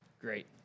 Great